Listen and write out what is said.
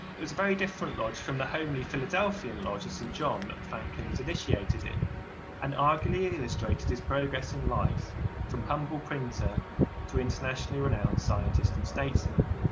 it was a very different lodge from the homely philadelphia and lodge of st. john that franklin was initiated in and arguably and illustrated his progress in life from humble printer to internationally renowned scientist and statesman.